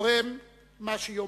הורם מה שיאמרו,